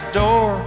door